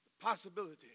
possibility